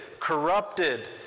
corrupted